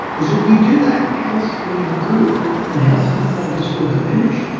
because if we do that, health will improve and health inequalities will diminish.